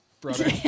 brother